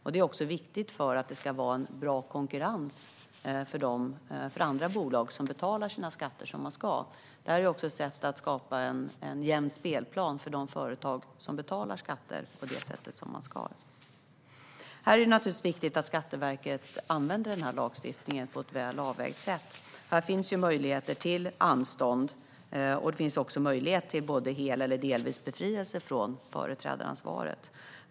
Detta är viktigt för att konkurrensen ska vara bra för de andra bolag som betalar sina skatter som man ska. Det här är ett sätt att skapa en jämn spelplan för de företag som betalar skatter på det sätt som man ska. Det är naturligtvis viktigt att Skatteverket använder denna lagstiftning på ett väl avvägt sätt. Det finns möjligheter till anstånd och till hel eller delvis befrielse från företrädaransvaret.